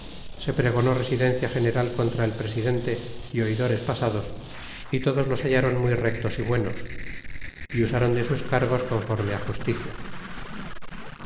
se pregonó residencia general contra el presidente é oidores pasados y todos los hallron muy rectos y bue nos y usron de sus cargos conforme justicia